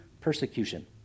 Persecution